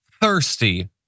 thirsty